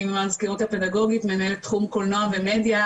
אני מהמזכירות הפדגוגית מנהל תחום קולנוע ומדיה